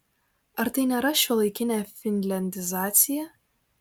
ar tai nėra šiuolaikinė finliandizacija